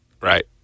Right